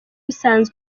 bisanzwe